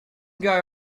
guy